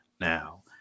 now